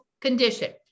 condition